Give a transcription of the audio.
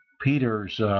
Peters